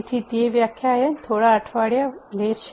તેથી તે વ્યાખ્યાન થોડા અઠવાડિયા લે છે